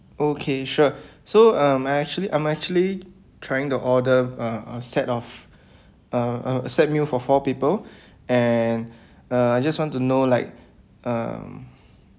okay sure so um I actually I'm actually trying to order uh a set of a a set meal for four people and uh I just want to know like um